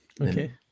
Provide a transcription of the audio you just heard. okay